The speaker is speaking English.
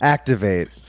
Activate